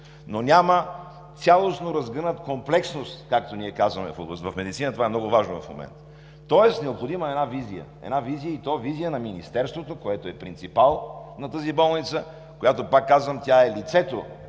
но няма цялостно разгъната комплексност, както ние казваме в медицината – това е много важно в момента. Тоест необходима е една визия на Министерството, което е принципал на тази болница, която, пак казвам, е лицето.